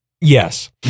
Yes